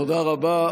תודה רבה.